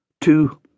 Two